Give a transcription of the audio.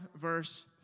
verse